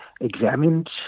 examined